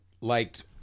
liked